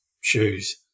shoes